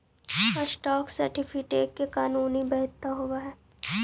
stock certificate के कानूनी वैधता होवऽ हइ